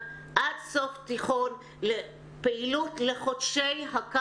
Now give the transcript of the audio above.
ועוד דקה יעלה גם בפייסבוק שלי.